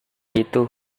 itu